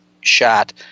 shot